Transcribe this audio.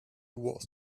was